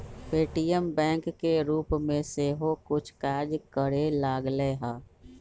Paytm bank के रूप में सेहो कुछ काज करे लगलै ह